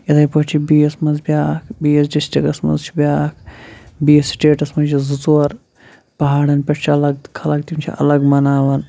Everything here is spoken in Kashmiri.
یِتھَے پٲٹھۍ چھِ بیٚیَس منٛز بیٛاکھ بیٚیِس ڈِسٹرٛکَس منٛز چھُ بٛاکھ بیٚیِس سِٹیٹَس منٛز چھِ زٕ ژور پہاڑَن پٮ۪ٹھ چھِ الَگ خلَق تِم چھِ الَگ مَناوان